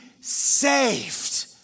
saved